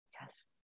Yes